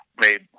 made